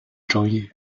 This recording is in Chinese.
争议